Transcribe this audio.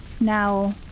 Now